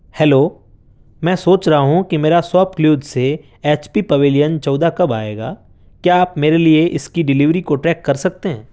hello میں سوچ رہا ہوں کہ میرا ساپ کلیوز سے ایچ پی پویلین چودہ کب آئے گا کیا آپ میرے لیے اس کی ڈیلیوری کو ٹریک کر سکتے ہیں